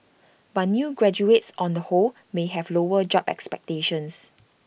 but new graduates on the whole may have lower job expectations